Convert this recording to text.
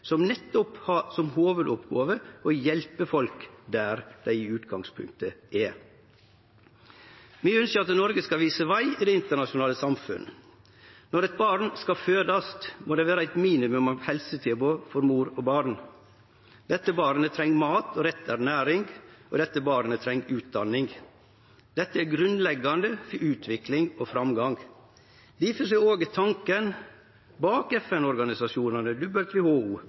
som nettopp har som hovudoppgåve å hjelpe folk der dei i utgangspunktet er. Vi ønskjer at Noreg i utgangspunktet skal vise veg i det internasjonale samfunnet. Når eit barn vert fødd, må det vere eit minimum av helsetilbod for mor og barn. Dette barnet treng mat og rett ernæring, og dette barnet treng utdanning. Dette er grunnleggjande for utvikling og framgang. Difor er òg tanken bak